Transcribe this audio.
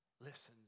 listens